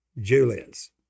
Julius